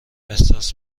احساس